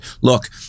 look